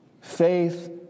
Faith